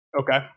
Okay